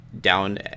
down